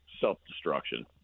self-destruction